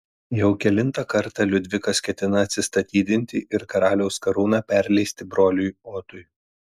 jau kelintą kartą liudvikas ketina atsistatydinti ir karaliaus karūną perleisti broliui otui